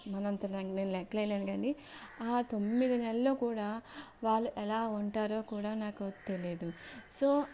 మన అంత నేను లెక్కలు వేయలేను కానీ ఆ తొమ్మిది నెలలు కూడా వాళ్ళు ఎలా ఉంటారో కూడా నాకు తెలియదు సో